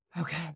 okay